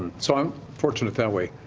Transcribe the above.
so i'm fortunate that way,